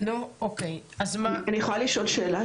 אני יכולה לשאול שאלה?